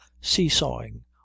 seesawing